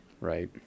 right